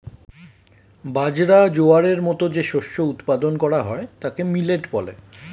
বাজরা, জোয়ারের মতো যে শস্য উৎপাদন করা হয় তাকে মিলেট বলে